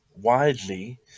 widely